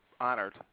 honored